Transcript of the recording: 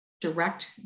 direct